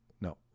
No